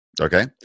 Okay